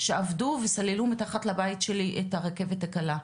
שעבדו וסללו מתחת לבית שלי את הרכבת הקלה.